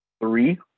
three